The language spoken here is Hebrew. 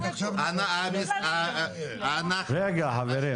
רגע חברים.